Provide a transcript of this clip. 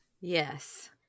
Yes